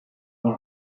les